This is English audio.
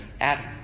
Adam